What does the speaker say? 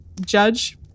Judge